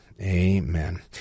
Amen